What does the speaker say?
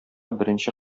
беренче